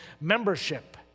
Membership